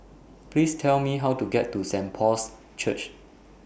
Please Tell Me How to get to Saint Paul's Church